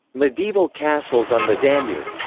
medieval castles on the danube,